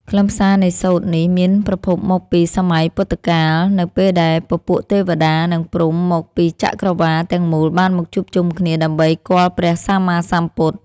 ខ្លឹមសារនៃសូត្រនេះមានប្រភពមកពីសម័យពុទ្ធកាល នៅពេលដែលពពួកទេវតា និងព្រហ្មមកពីចក្រវាឡទាំងមូលបានមកជួបជុំគ្នាដើម្បីគាល់ព្រះសម្មាសម្ពុទ្ធ។